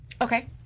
Okay